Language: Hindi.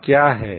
आप क्या हैं